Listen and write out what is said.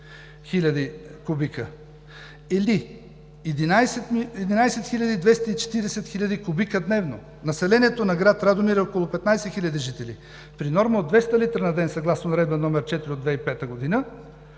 или 11 240 хил. куб. дневно. Населението на град Радомир е около 15 хиляди жители. При норма от 200 литра на ден съгласно Наредба № 4 от 2005 г.